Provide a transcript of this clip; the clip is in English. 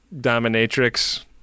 dominatrix